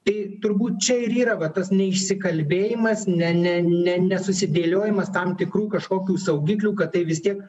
tai turbūt čia ir yra va tas neišsikalbėjimas ne ne ne nesusidėliojimas tam tikrų kažkokių saugiklių kad tai vis tiek